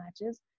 matches